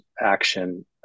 action